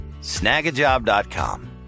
snagajob.com